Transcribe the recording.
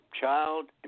child